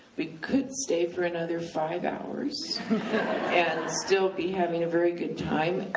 we could stay for another five hours and still be having a very good time.